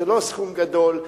זה לא סכום גדול,